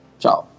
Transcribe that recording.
ciao